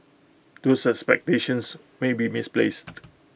those expectations may be misplaced